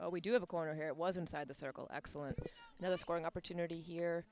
but we do have a corner here it was inside the circle excellent another scoring opportunity here